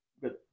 good